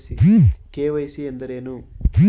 KYC ಎಂದರೇನು?